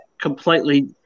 completely